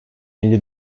elli